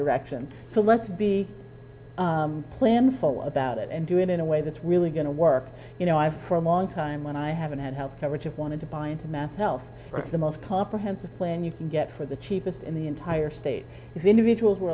direction so let's be plan forward about it and do it in a way that's really going to work you know i for a long time when i haven't had health coverage of wanted to buy into mass health the most comprehensive plan you can get for the cheapest in the entire state is individuals were